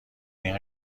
این